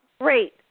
Great